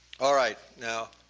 all right now,